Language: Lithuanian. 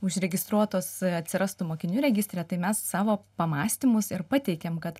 užregistruotos atsirastų mokinių registre tai mes savo pamąstymus ir pateikėm kad